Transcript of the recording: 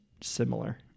similar